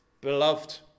Beloved